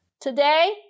Today